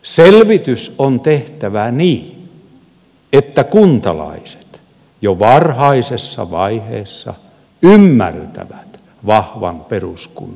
selvitys on tehtävä niin että kuntalaiset jo varhaisessa vaiheessa ymmärtävät vahvan peruskunnan edut